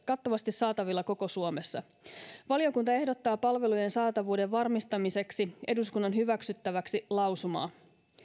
kattavasti saatavilla koko suomessa valiokunta ehdottaa palvelujen saatavuuden varmistamiseksi eduskunnan hyväksyttäväksi lausumaa